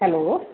hello